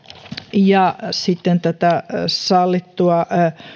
ja sitten tätä sallittua